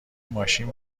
ماشین